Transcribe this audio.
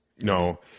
No